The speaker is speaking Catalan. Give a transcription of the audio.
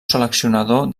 seleccionador